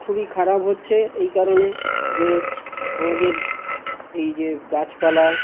খুবই খারাপ হচ্ছে এই কারণে যে আমাদের এই যে গাছপালা